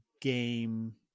game